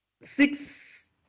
six